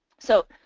so